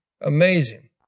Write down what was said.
Amazing